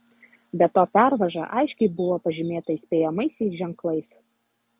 be to pervaža aiškiai buvo pažymėta įspėjamaisiais ženklais